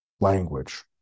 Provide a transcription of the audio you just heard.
language